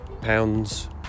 pounds